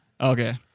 Okay